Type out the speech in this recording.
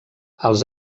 als